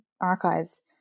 archives